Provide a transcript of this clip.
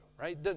right